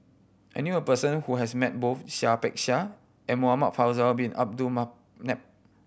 I knew a person who has met both Seah Peck Seah and Muhamad Faisal Bin Abdul Manap